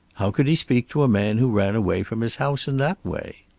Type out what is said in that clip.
how could he speak to a man who ran away from his house in that way?